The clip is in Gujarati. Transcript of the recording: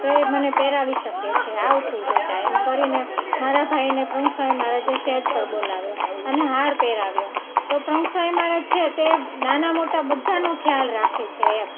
તો એ મને પહેરાવી શકે છે આવ તુ બેટા એમ કરીને મારા ભાઈને પ્રમુખ સ્વામી મહારાજે સ્ટેજ પર બોલાવ્યો અને હાર પહેરાવ્યો તો પ્રમુખ સ્વામી મહારાજ છે તે નાનાં મોટાં બધાનો ખ્યાલ રાખે છે એમ